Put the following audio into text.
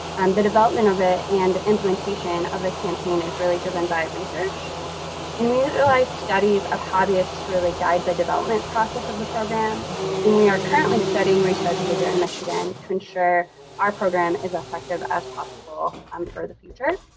um the development of it and implementation of the campaign is really driven by research and we realize studies of hobbyists really guide the development process of the program and we are currently studying retailer behavior in michigan to ensure our program is effective as possible um for the future,